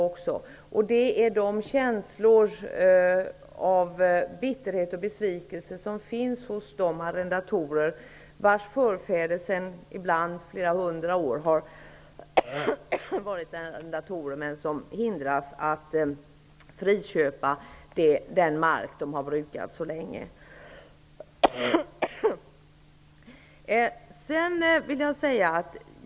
Det handlar om de känslor av bitterhet och besvikelse som finns hos de arrendatorer som är förhindrade att friköpa den mark som de så länge har brukat. Deras förfäder har ibland varit arrendatorer sedan flera hundra år.